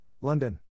London